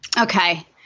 Okay